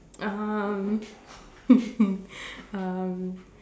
um um